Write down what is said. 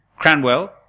Cranwell